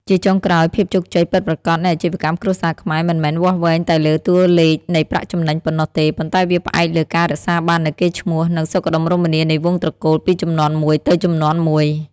ជាចុងក្រោយ ភាពជោគជ័យពិតប្រាកដនៃអាជីវកម្មគ្រួសារខ្មែរ មិនមែនវាស់វែងតែលើតួលេខនៃប្រាក់ចំណេញប៉ុណ្ណោះទេ ប៉ុន្តែវាផ្អែកលើការរក្សាបាននូវកេរ្តិ៍ឈ្មោះ និងសុខដុមរមនានៃវង្សត្រកូលពីជំនាន់មួយទៅជំនាន់មួយ។